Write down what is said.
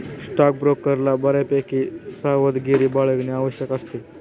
स्टॉकब्रोकरला बऱ्यापैकी सावधगिरी बाळगणे आवश्यक असते